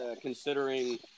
considering